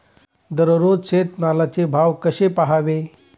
दररोज शेतमालाचे भाव कसे पहावे?